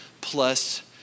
plus